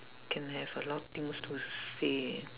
can have a lot things to say